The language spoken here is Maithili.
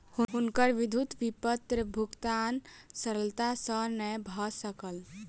हुनकर विद्युत विपत्र भुगतान सरलता सॅ नै भ सकल